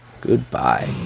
Goodbye